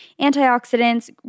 antioxidants